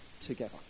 together